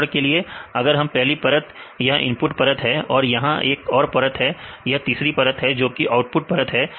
उदाहरण के लिए अगर पहली परत यह इनपुट परत है और यह एक और परत है और यह तीसरी परत है जोकि आउटपुट परत है